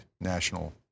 National